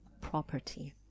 property